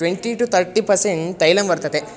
twenty to thirty percent तैलं वर्तते